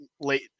late